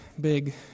big